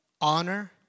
honor